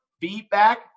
feedback